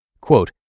quote